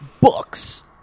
books